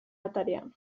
atarian